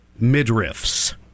midriffs